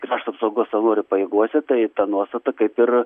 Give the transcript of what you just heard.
krašto apsaugos savanorių pajėgose tai ta nuostata kaip ir